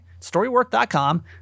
StoryWorth.com